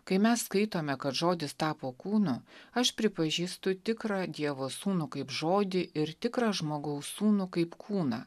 kai mes skaitome kad žodis tapo kūnu aš pripažįstu tikrą dievo sūnų kaip žodį ir tikrą žmogaus sūnų kaip kūną